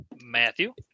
Matthew